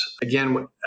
Again